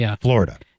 Florida